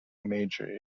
major